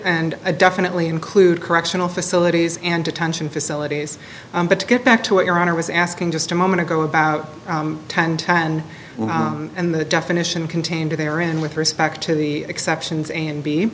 and definitely include correctional facilities and detention facilities but to get back to what your honor was asking just a moment ago about ten and and the definition contained therein with respect to the exceptions and be